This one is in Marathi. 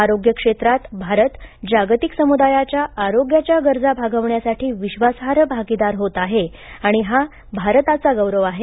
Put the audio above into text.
आरोग्य क्षेत्रांत भारत जागतिक समुदायाच्या आरोग्याच्या गरजा भागविण्यासाठी विश्वासार्ह भागीदार होत आहे आणि हा भारताचा गौरव आहे